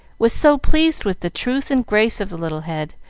was so pleased with the truth and grace of the little head,